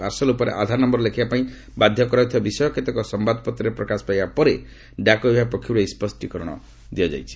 parcel ଉପରେ ଆଧାର ନୟର ଲେଖିବା ପାଇଁ ବାଧ୍ୟ କରାଯାଉଥିବା ବିଷୟ କେତେକ ସମ୍ଭାଦପତ୍ରରେ ପ୍ରକାଶ ପାଇବା ପରେ ଡାକବିଭାଗ ପକ୍ଷରୂ ଏହି ସ୍ୱଷ୍ଟୀକରଣ ଦିଆଯାଇଛି